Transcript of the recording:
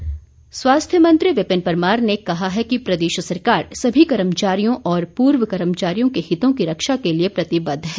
परमार स्वास्थ्य मंत्री विपिन परमार ने कहा है कि प्रदेश सरकार सभी कर्मचारियों और पूर्व कर्मचारियों के हितों की रक्षा के लिए प्रतिबद्ध है